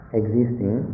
existing